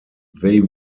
they